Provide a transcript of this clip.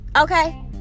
Okay